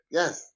yes